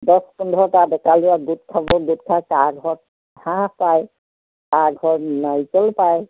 দহ পোন্ধৰটা ডেকা ল'ৰা গোট খাব গোট খাই কাৰ ঘৰত হাঁহ পায় কাৰ ঘৰত নাৰিকল পায়